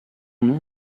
nom